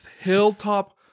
Hilltop